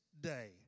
day